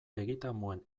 egitamuen